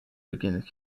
beginning